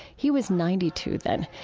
he was ninety two then,